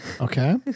Okay